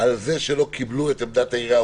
על זה שלא קיבלו או כן קיבלו את עמדת העירייה,